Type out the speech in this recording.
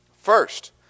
first